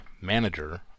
manager